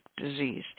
disease